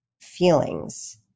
feelings